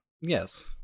Yes